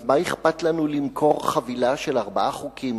אז מה אכפת לנו למכור חבילה של ארבעה חוקים,